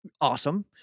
awesome